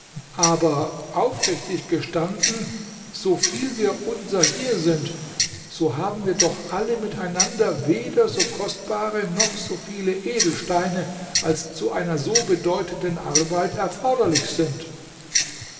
aber aufrichtig gestanden so viel wir unser hier sind so haben wir doch alle miteinander weder so kostbare noch so viele edelsteine als zu einer so bedeutenden arbeit erforderlich sind